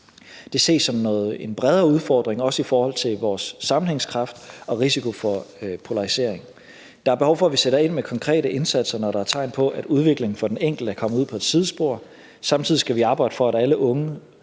det ses som en bredere udfordring, også i forhold til vores sammenhængskraft og risikoen for polarisering. Der er behov for, at vi sætter ind med konkrete indsatser, når der er tegn på, at udviklingen for den enkelte er kommet ud på et sidespor. Samtidig skal vi arbejde for, at alle unge